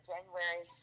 January